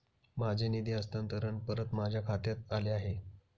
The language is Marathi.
माझे निधी हस्तांतरण परत माझ्या खात्यात आले आहे